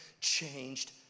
changed